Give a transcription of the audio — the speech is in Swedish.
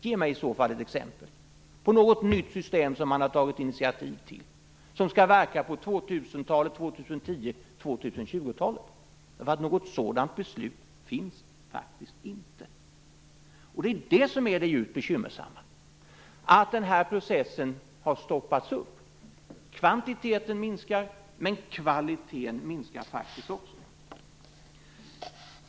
Ge mig i så fall ett exempel på något nytt system som man har tagit initiativ till som skall verka på 2000-talet, 2010-talet och 2020-talet. Något sådant beslut finns faktiskt inte. Och det är detta som är det djupt bekymmersamma. Den här processen har stoppats upp. Kvantiteten minskar, men kvaliteten minskar faktiskt också.